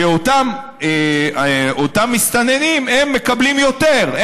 אותם מסתננים מקבלים יותר,